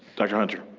dr. hunter.